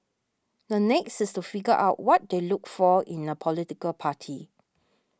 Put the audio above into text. the next is to figure out what they looked for in a political party